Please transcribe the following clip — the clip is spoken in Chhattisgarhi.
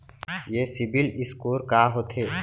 ये सिबील स्कोर का होथे?